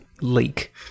leak